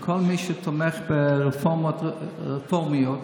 וכל מי שתומך ברפורמות רפורמיות,